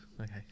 Okay